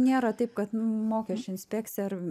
nėra taip kad mokesčių inspekcija ar